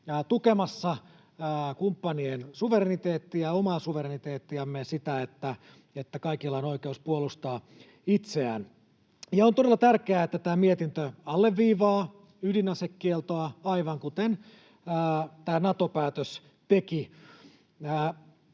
tukemassa kumppanien suvereniteettia ja omaa suvereniteettiamme ja sitä, että kaikilla on oikeus puolustaa itseään. On todella tärkeää, että tämä mietintö alleviivaa ydinasekieltoa, aivan kuten Nato-päätös teki.